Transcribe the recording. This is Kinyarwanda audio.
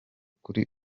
kuri